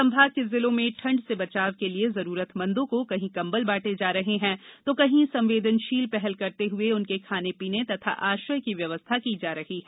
संभाग के जिलों में ठंड से बचाव के लिये जरूरतमंदों को कहीं कंबल बांटे जा रहे हैं तो कहीं संवेदनशील पहल करते हुए उनके खाने पीने तथा आश्रय की व्यवस्था की जा रही है